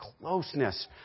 closeness